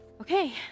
Okay